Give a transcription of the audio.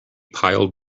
pile